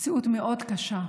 מציאות מאוד קשה.